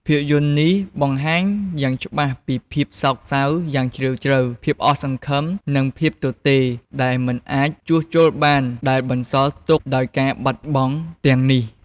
ភាពយន្តនេះបង្ហាញយ៉ាងច្បាស់ពីភាពសោកសៅយ៉ាងជ្រាលជ្រៅ ភាពអស់សង្ឃឹម និងភាពទទេរដែលមិនអាចជួសជុលបានដែលបន្សល់ទុកដោយការបាត់បង់ទាំងនេះ។